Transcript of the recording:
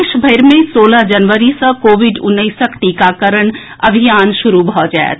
देशभरि मे सोलह जनवरी सँ कोविड उन्नैसक टीकाकरण अभियान शुरू भऽ जाएत